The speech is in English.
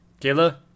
Kayla